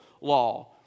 law